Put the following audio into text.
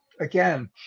again